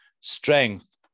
strength